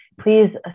please